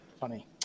Funny